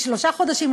לשלושה חודשים,